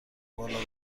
بالا